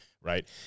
right